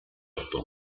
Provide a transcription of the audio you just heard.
pan